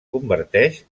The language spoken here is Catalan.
converteix